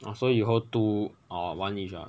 oh so you hold two or one each ah